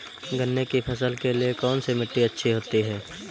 गन्ने की फसल के लिए कौनसी मिट्टी अच्छी होती है?